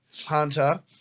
Hunter